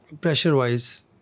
Pressure-wise